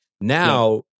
Now